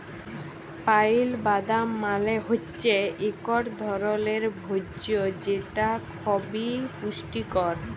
pile বাদাম মালে হৈচ্যে ইকট ধরলের ভোজ্য যেটা খবি পুষ্টিকর